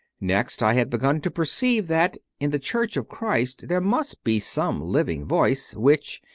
next, i had begun to perceive that in the church of christ there must be some living voice which,